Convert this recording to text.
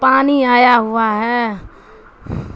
پانی آیا ہوا ہے